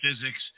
physics